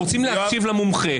אנחנו רוצים להקשיב למומחה.